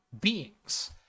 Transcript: beings